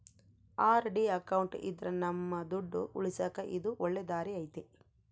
RD account ಇದ್ರ ನಮ್ ದುಡ್ಡು ಉಳಿಸಕ ಇದು ಒಳ್ಳೆ ದಾರಿ ಐತಿ